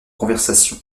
conversation